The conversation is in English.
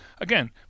again